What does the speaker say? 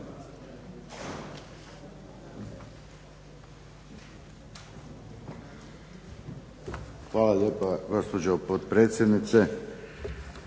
Hvala lijepo gospođo potpredsjednice.